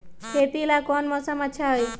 खेती ला कौन मौसम अच्छा होई?